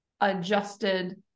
adjusted